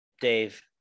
Dave